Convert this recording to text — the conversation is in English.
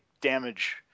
damage